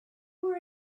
were